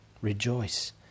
Rejoice